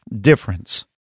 difference